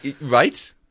Right